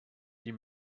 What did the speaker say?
die